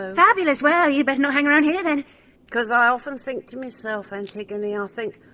ah fabulous, well you'd better not hang around here then because i often think to myself, antigone, i think,